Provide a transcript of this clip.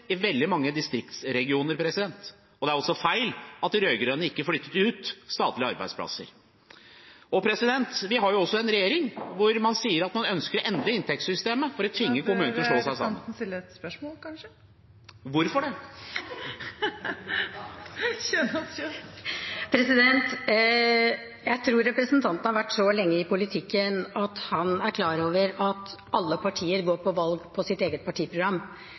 i veldig mange distriktsregioner. Og det er feil at de rød-grønne ikke flyttet ut statlige arbeidsplasser. Vi har også en regjering som sier at man ønsker å endre inntektssystemet for å tvinge kommunene til å slå seg sammen. Hvorfor det? Jeg tror representanten har vært så lenge i politikken at han er klar over at alle partier går til valg på sitt eget partiprogram.